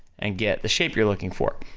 and get the shape you're looking for.